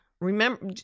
Remember